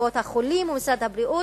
קופות-החולים ומשרד הבריאות,